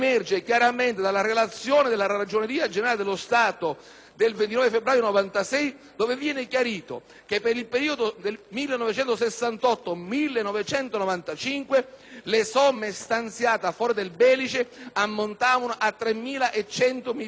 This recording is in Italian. del 29 febbraio 1996, dove viene chiarito che per il periodo 1968-1995 le somme stanziate a favore del Belice ammontavano a 3.100 miliardi di lire, a fronte di pagamenti effettivamente disposti